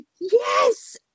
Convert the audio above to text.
yes